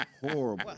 Horrible